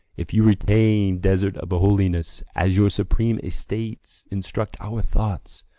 if you retain desert of holiness, as your supreme estates instruct our thoughts,